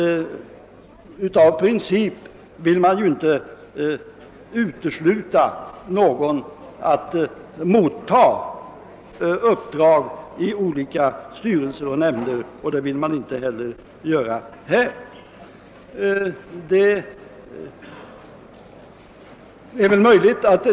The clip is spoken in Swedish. Av princip vill man inte utesluta någon från möjligheten att motta uppdrag i olika styrelser och nämnder, och detta har utskottet inte heller velat göra i detta fall.